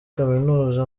kaminuza